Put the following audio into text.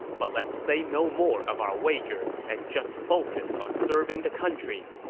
but let's say no more of our wager and just focus on serving the country.